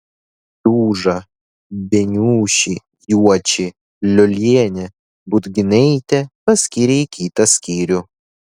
čiužą beniušį juočį liolienę budginaitę paskyrė į kitą skyrių